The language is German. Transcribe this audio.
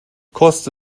koste